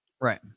Right